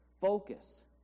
focus